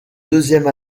deuxième